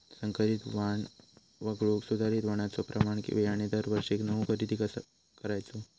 संकरित वाण वगळुक सुधारित वाणाचो प्रमाण बियाणे दरवर्षीक नवो खरेदी कसा करायचो?